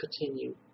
continue